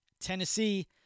Tennessee